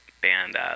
band